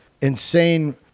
Insane